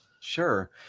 sure